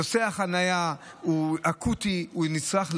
נושא החניה הוא אקוטי, הוא נצרך.